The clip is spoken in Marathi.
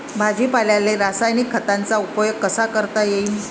भाजीपाल्याले रासायनिक खतांचा उपयोग कसा करता येईन?